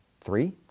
three